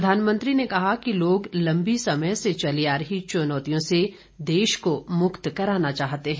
प्रधानमंत्री ने कहा कि लोग लंबी समय से चली आ रही चुनौतियों से देश को मुक्त कराना चाहते हैं